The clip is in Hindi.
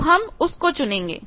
तो हम उसको चुनेंगे